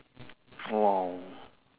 !wow!